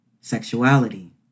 sexuality